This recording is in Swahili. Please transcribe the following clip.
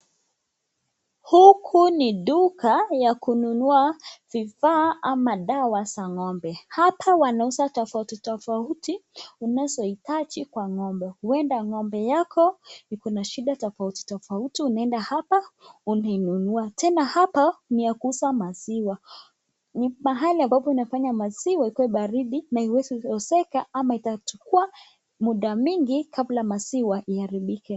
Huku ni duka ya kununua vifaa ama dawa za ng'ombe. Hapa wanauza tofauti tofauti, unazohitaji kwa ng'ombe. Huenda ng'ombe yako iko na shida tofauti tofauti, unaenda hapa unainunua. Tena hapa ni ya kuuza maziwa, ni mahali ambapo inafanya maziwa ikue baridi na iweze uzika ama itachukua muda mingi kabla maziwa iharibike.